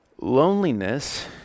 Loneliness